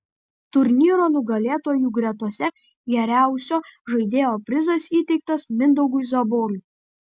turnyro nugalėtojų gretose geriausio žaidėjo prizas įteiktas mindaugui zaborui